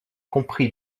compris